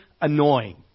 annoying